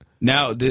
Now